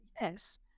yes